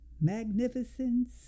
magnificence